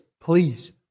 please